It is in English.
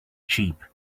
cheap